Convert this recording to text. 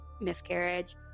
miscarriage